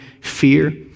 fear